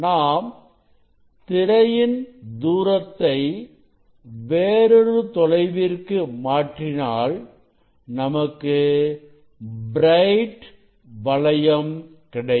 நாம் திரையின் தூரத்தை வேறொரு தொலைவிற்கு மாற்றினாள் நமக்கு பிரைட் வளையம் கிடைக்கும்